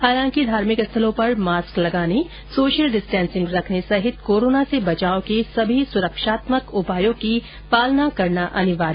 हालांकि धार्मिक स्थलों पर मास्क लगाने सोशल डिस्टेंसिंग रखने सहित कोरोना से बचाव के सभी सुरक्षात्मक उपायों की पालना करना अनिवार्य होगा